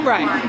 Right